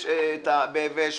לא, רגע.